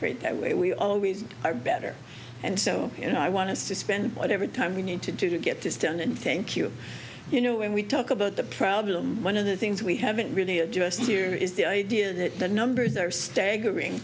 print that way we always are better and so you know i want to spend whatever time we need to to get this done and thank you you know when we talk about the problem one of the things we haven't really addressed here is the idea that the numbers are staggering